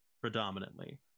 predominantly